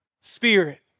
spirit